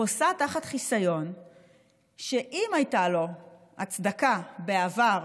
חוסה תחת חיסיון שאם הייתה לו הצדקה בעבר,